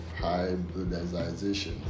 hybridization